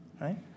right